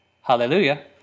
hallelujah